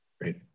Great